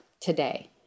today